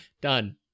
Done